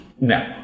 No